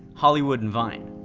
hollywood and vine.